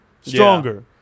stronger